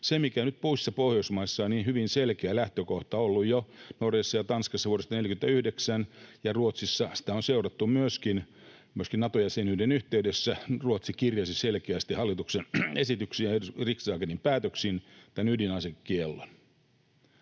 se, mikä nyt muissa Pohjoismaissa on hyvin selkeä lähtökohta ollut jo, Norjassa ja Tanskassa vuodesta 49, ja myöskin Ruotsissa sitä on seurattu, myöskin Nato-jäsenyyden yhteydessä Ruotsi kirjasi sen selkeästi hallituksen esityksiin ja riksdagenin päätöksiin: ydinasekielto.